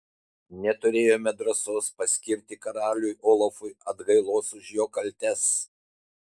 neturėjome drąsos paskirti karaliui olafui atgailos už jo kaltes